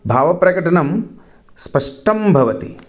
भावप्रकटनं स्पष्टं भवति